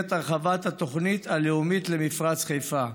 הרחבת התוכנית הלאומית למפרץ חיפה.